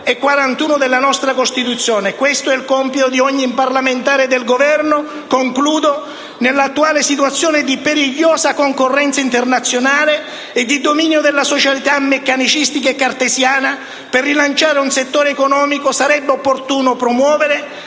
della nostra Costituzione, questo è un compito di ogni parlamentare e del Governo. Nell'attuale situazione di perigliosa concorrenza internazionale e di dominio della società meccanicistica e cartesiana, per rilanciare un settore economico sarebbe opportuno promuovere